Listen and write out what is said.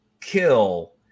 kill